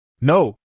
No